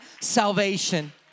salvation